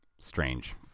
strange